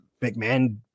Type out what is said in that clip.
McMahon